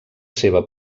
seva